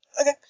Okay